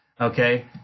okay